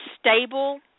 stable –